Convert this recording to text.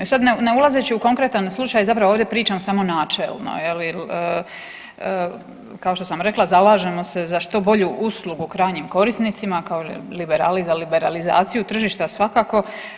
I sad ne ulazeći u konkretan slučaj zapravo ovdje pričam samo načelno je li, kao što sam rekla zalažemo se za što bolju uslugu krajnjim korisnici kao liberali i za liberalizaciju tržišta svakako.